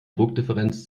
druckdifferenz